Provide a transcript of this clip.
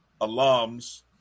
alums